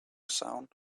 sound